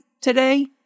today